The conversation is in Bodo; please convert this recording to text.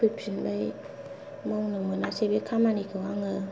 फैफिनबाय मावनो मोनासै बे खामानिखौ आङो